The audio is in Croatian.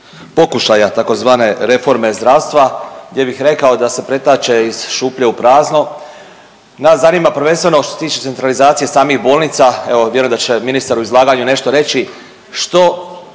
pokušaja tzv. reforme zdravstva gdje bih rekao da se pretače iz šuplje u prazno. Nas zanima prvenstveno što se tiče centralizacije samih bolnica, evo vjerujem da će ministar nešto u izlaganju nešto reći što